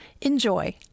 Enjoy